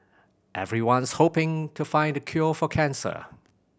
everyone's hoping to find the cure for cancer